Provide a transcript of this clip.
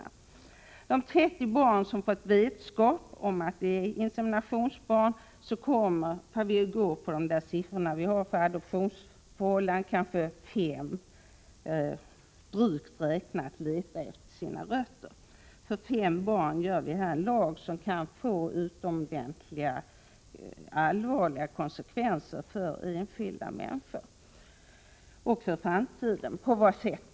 Av de 30 barn som fått vetskap om att de är inseminationsbarn kommer kanske, drygt räknat, 5 barn att leta ”efter sina rötter” — enligt statistiken över adoptionsförhållanden. För att hjälpa 5 barn åstadkommer vi således en lag som kan få utomordentligt allvarliga verkningar för enskilda människor och för framtiden. På vilket sätt?